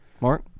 Mark